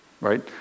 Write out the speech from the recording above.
right